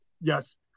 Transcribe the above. Yes